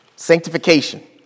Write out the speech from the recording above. Sanctification